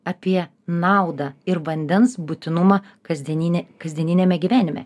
apie naudą ir vandens būtinumą kasdieninė kasdieniniame gyvenime